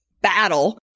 battle